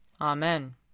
Amen